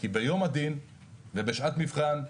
כי ביום הדין ובשעת מבחן,